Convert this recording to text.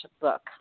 book